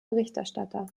berichterstatter